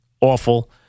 awful